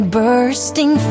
bursting